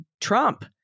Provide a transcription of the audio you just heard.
Trump